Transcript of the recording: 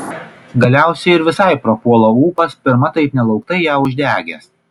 galiausiai ir visai prapuola ūpas pirma taip nelauktai ją uždegęs